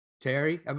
Terry